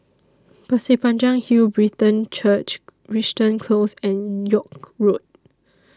Pasir Panjang Hill Brethren Church Crichton Close and York Road